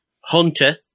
Hunter